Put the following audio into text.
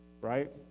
Right